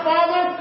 Father